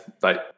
Bye